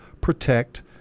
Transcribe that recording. protect